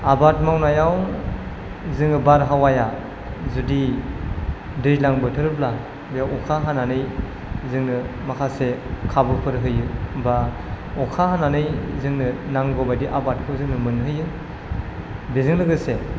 आबाद मावनायाव जोङो बारहावाया जुदि दैज्लां बोथोरब्ला बेयाव अखा हानानै जोंनो माखासे खाबुफोर होयो बा अखा हानानै जोंनो नांगौ बादि आबादखौ जोंनो मोनहोयो बेजों लोगोसे